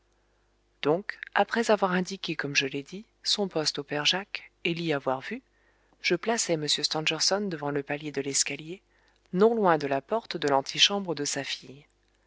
donc après avoir indiqué comme je l'ai dit son poste au père jacques et l'y avoir vu je plaçai m stangerson devant le palier de l'escalier non loin de la porte de l'antichambre de sa fille